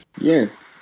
Yes